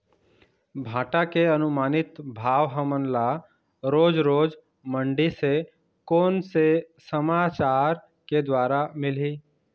भांटा के अनुमानित भाव हमन ला रोज रोज मंडी से कोन से समाचार के द्वारा मिलही?